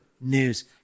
news